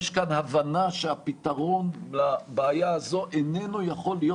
יש כאן הבנה שהפתרון לבעיה הזו איננו יכול להיות